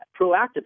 proactively